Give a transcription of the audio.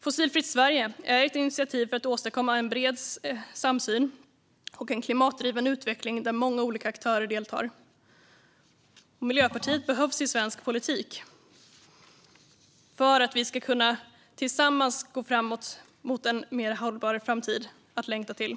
Fossilfritt Sverige är ett initiativ för att åstadkomma en bred samsyn och en klimatdriven utveckling där många olika aktörer deltar. Miljöpartiet behövs i svensk politik för att vi tillsammans ska kunna gå mot den mer hållbara framtid vi längtar till.